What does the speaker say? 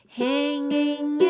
hanging